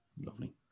lovely